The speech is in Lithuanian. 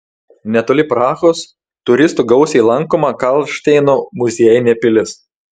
netoli prahos turistų gausiai lankoma karlšteino muziejinė pilis